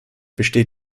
besteht